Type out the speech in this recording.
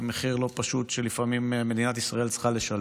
במחיר לא פשוט, שלפעמים מדינת ישראל צריכה לשלם.